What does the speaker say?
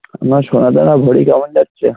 আপনার সোনাদানা ভরি কেমন যাচ্ছে